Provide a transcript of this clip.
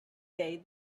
day